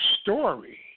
story